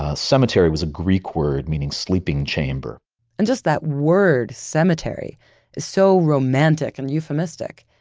ah cemetery was a greek word meaning sleeping chamber and just that word, cemetery, is so romantic and euphemistic.